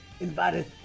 invited